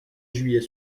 juillet